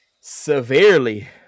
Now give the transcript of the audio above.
severely